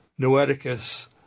noeticus